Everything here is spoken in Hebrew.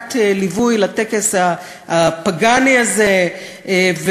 להקת ליווי לטקס הפגאני הזה,